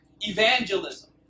evangelism